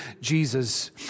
Jesus